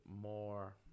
more